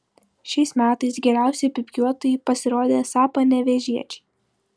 šiais metais geriausi pypkiuotojai pasirodė esą panevėžiečiai